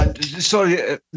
Sorry